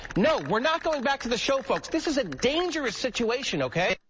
no. we're not going back to the show, folks. this is a dangerous situation, ok?